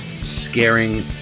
scaring